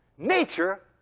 nature,